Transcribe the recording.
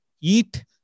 eat